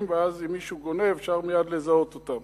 ואז אם מישהו גונב אפשר מייד לזהות אותו.